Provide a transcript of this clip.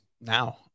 now